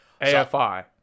AFI